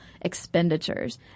expenditures